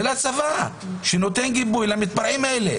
של הצבא שנותן גיבוי למתפרעים האלה.